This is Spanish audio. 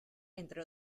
entre